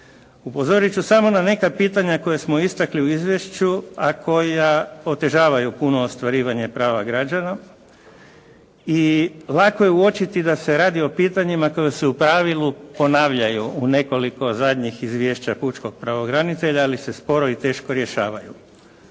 Upozorit ću samo na neka pitanja koja smo istakli u izvješću, a koja otežavaju puno ostvarivanje prava građana i lako je uočiti da se o radi o pitanjima koja su u pravilu ponavljaju u nekoliko zadnjih izvješća pučkog pravobranitelja, ali se sporo i teško rješavaju.